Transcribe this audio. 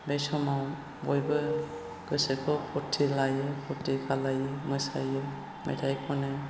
बे समाव बयबो गोसोखौ फुर्थि लायो फुर्थि खालामो मोसायो मेथाइ खनो